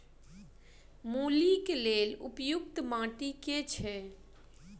मूली केँ लेल उपयुक्त माटि केँ छैय?